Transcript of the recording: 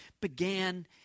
began